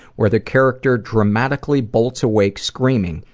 where the character dramatically bolts awake screaming.